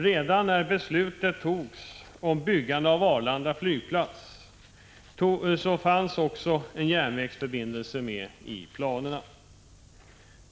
Redan när beslutet om byggandet av Arlanda flygplats togs fanns en järnvägsförbindelse med i planerna.